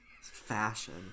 fashion